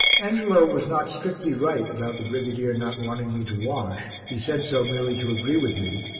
angelo was not strictly right about the brigadier not wanting me to wash, he said so merely to agree with me,